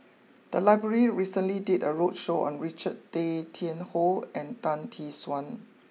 the library recently did a roadshow on Richard Tay Tian Hoe and Tan Tee Suan